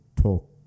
talk